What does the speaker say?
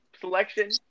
selection